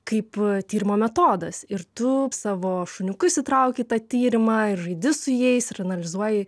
kaip tyrimo metodas ir tu savo šuniukus įtrauki į tą tyrimą ir žaidi su jais ir analizuoji